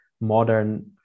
modern